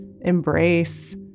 embrace